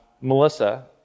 Melissa